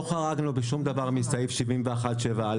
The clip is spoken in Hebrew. לא חרגנו בשום דבר מסעיף 71(7א).